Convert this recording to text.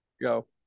Go